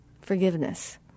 forgiveness